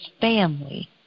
family